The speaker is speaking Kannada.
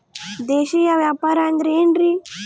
ದೇಶೇಯ ವ್ಯಾಪಾರ ಅಂದ್ರೆ ಏನ್ರಿ?